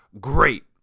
great